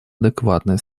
адекватное